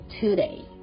today